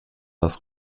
das